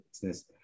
business